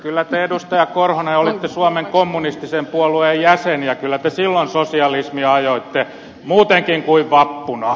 kyllä te edustaja korhonen olitte suomen kommunistisen puolueen jäsen ja kyllä te silloin sosialismia ajoitte muutenkin kuin vappuna